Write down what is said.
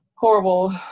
Horrible